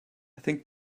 think